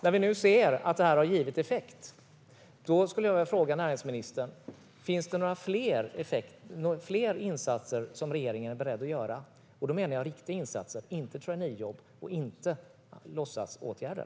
När vi nu ser att reformen har gett effekt skulle jag vilja fråga näringsministern: Finns det några fler insatser som regeringen är beredd att göra? Då menar jag riktiga insatser, inte traineejobb och låtsasåtgärder.